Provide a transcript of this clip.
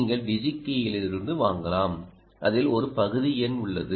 நீங்கள் டிஜி கீயிலிருந்து வாங்கலாம் அதில் ஒரு பகுதி எண் உள்ளது